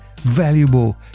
valuable